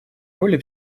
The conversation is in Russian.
роли